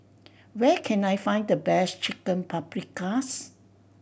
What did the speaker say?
where can I find the best Chicken Paprikas